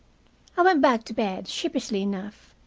i went back to bed, sheepishly enough,